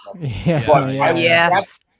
Yes